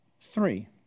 three